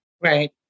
Right